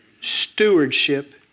stewardship